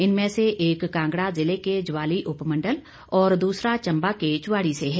इनमें से एक कांगड़ा जिले के ज्वाली उपमंडल व दूसरा चंबा के चुवाड़ी से है